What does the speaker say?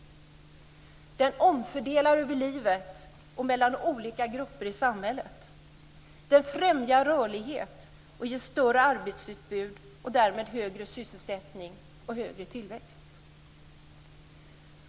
Den omfördelar över livet och mellan olika grupper i samhället. Den främjar rörlighet och ger ett större arbetsutbud och därmed högre sysselsättning och högre tillväxt.